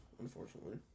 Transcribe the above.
unfortunately